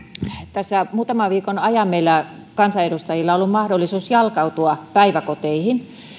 tässä muutaman viikon ajan meillä kansanedustajilla on ollut mahdollisuus jalkautua päiväkoteihin